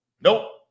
Nope